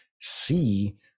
see